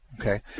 Okay